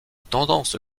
tendance